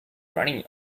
running